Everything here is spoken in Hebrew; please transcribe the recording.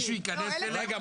מישהו ייכנס אליהם עכשיו?